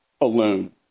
alone